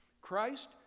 Christ